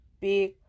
big